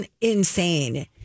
insane